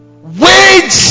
wage